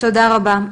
תודה רבה.